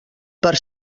per